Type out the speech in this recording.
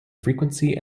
frequency